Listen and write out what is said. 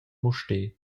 mustér